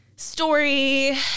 story